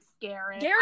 Garrett